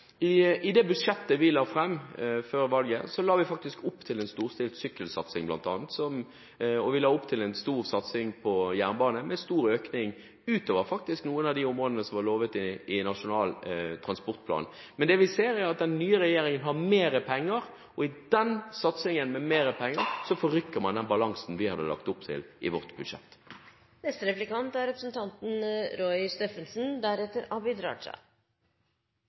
ting. I det budsjettet vi la fram før valget, la vi faktisk opp til bl.a. en storstilt sykkelsatsing, og vi la opp til en stor satsing på jernbane med stor økning – faktisk utover noen av de områdene som var lovet i Nasjonal transportplan. Men det vi ser, er at den nye regjeringen har mer penger, og i den satsingen med mer penger forrykker man den balansen vi hadde lagt opp til i vårt budsjett.